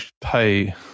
pay